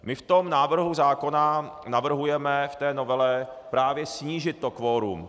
My v návrhu zákona navrhujeme, v té novele, právě snížit kvorum.